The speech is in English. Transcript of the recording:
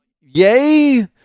yay